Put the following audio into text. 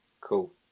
Cool